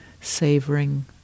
savoring